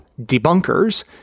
debunkers